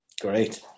Great